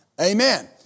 Amen